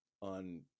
on